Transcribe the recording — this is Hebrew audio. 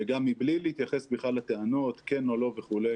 וגם מבלי להתייחס בכלל לטענות כן או לא, וכו'.